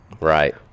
Right